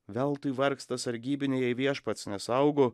veltui vargsta sargybiniai jei viešpats nesaugo